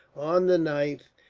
on the ninth,